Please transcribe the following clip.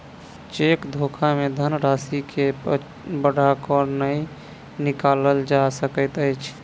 cheque धोखा मे धन राशि के बढ़ा क नै निकालल जा सकैत अछि